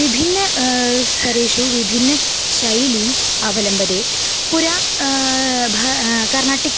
विभिन्नेषु स्थरेषु विभिन्नशैलीः अवलम्बते पुरा भ कर्नाटिक्